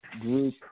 group